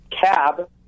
cab